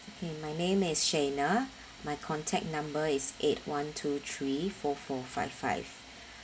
mm my name is shena my contact number is eight one two three four four five five